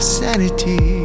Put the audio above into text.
sanity